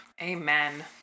Amen